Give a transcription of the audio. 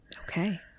Okay